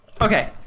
Okay